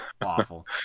awful